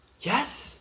Yes